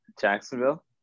Jacksonville